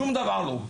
שום דבר לא,